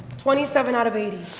twenty seven out of eighty.